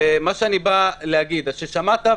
ומה שאני בא להגיד שמעת,